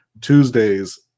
Tuesdays